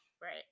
Right